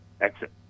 exit